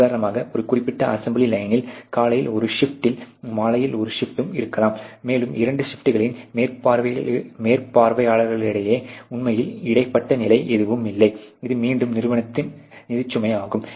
உதாரணமாக ஒரு குறிப்பிட்ட அசெம்பிளி லையனில் காலையில் ஒரு ஷிப்டும் மாலையில் ஒரு ஷிப்டும் இருக்கலாம் மேலும் இரண்டு ஷிப்டுகளின் மேற்பார்வையாளர்களுக்கிடையே உண்மையில் இடைப்பட்ட நிலை எதுவும் இல்லை இது மீண்டும் நிறுவனத்திற்கு நிதிச்சுமையாகும்